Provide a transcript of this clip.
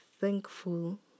thankful